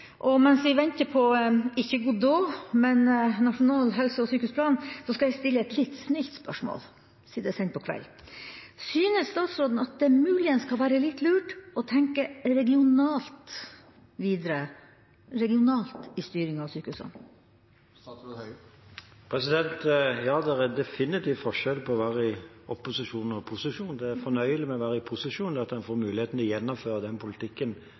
Og mens vi venter på ikke Godot, men nasjonal helse- og sykehusplan, skal jeg stille et litt snilt spørsmål, siden det er seint på kveld: Synes statsråden at det muligens kan være litt lurt å tenke regionalt videre, regionalt i styringa av sykehusene? Ja, det er definitivt forskjell på å være i opposisjon og posisjon. Det fornøyelige med å være i posisjon er at en får muligheten til å gjennomføre den politikken